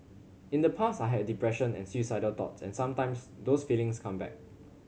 in the past I had depression and suicidal thoughts and sometimes those feelings come back